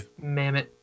mammoth